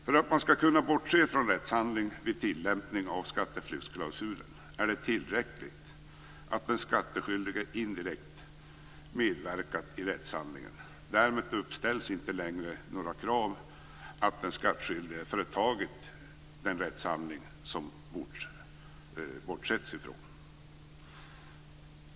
För att man skall kunna bortse från rättshandlingen vid tillämpningen av skatteflyktsklausulen är det tillräckligt att den skattskyldige indirekt har medverkat i rättshandlingen. Därmed ställs inte längre några krav på att den skattskyldige företagit den rättshandling som det bortses från.